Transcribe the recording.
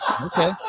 Okay